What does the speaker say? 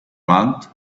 month